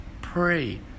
pray